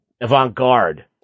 avant-garde